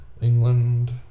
England